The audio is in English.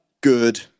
good